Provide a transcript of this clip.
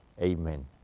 Amen